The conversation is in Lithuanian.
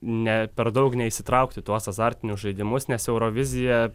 ne per daug neįsitraukti į tuos azartinius žaidimus nes eurovizija